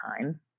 time